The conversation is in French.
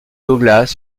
douglas